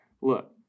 Look